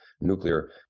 nuclear